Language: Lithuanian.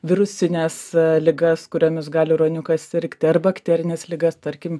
virusines ligas kuriomis gali ruoniukas sirgti ar bakterines ligas tarkim